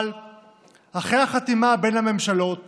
אבל אחרי החתימה בין הממשלות